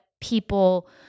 People